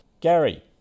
Gary